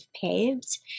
paved